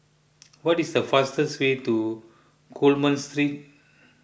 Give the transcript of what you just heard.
what is the fastest way to Coleman Street